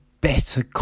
better